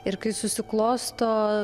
ir kai susiklosto